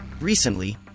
recently